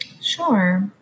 Sure